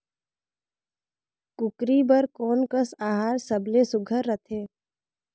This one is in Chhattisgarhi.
कूकरी बर कोन कस आहार सबले सुघ्घर रथे?